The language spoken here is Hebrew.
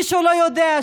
מי שלא יודע,